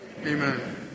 Amen